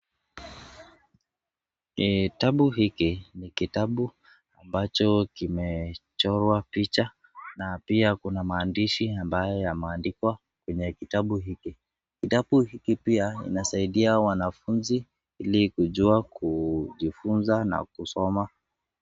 Kitabu hiki, ni kitabu ambacho kimechorwa picha ,na pia kuna maandishi ambaye yameandikwa kwenye kitabu hiki, kitabu hiki pia kina saidia wanafunzi ,hili kujua kujifunza na kusoma.